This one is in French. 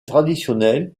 traditionnel